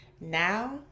Now